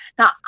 now